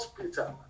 Peter